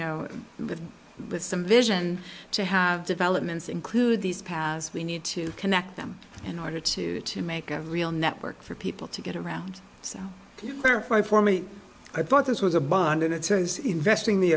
know with some vision to have developments include these paths we need to connect them in order to to make a real network for people to get around so therefore for me i thought this was a bond in itself is investing the